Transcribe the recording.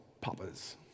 papas